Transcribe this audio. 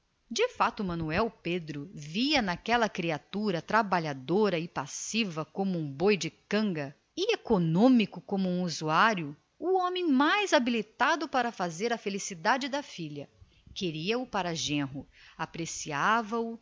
olhar fito manuel pedro via com efeito naquela criatura trabalhadora e passiva como um boi de carga e econômico como um usurário o homem mais no caso de fazer a felicidade da filha queria-o para genro e